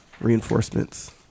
Reinforcements